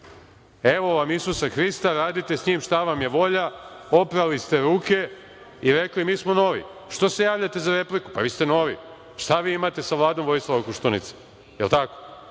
evo vam Isusa Hrista, radite s njim šta vam je volja! Oprali ste ruke i rekli - mi smo novi. Što se javljate za repliku? Vi ste novi, šta vi imate sa vladom Vojislava Koštunice? Jel tako?